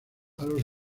los